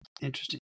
Interesting